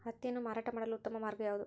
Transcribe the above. ಹತ್ತಿಯನ್ನು ಮಾರಾಟ ಮಾಡಲು ಉತ್ತಮ ಮಾರ್ಗ ಯಾವುದು?